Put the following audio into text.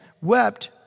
wept